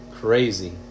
Crazy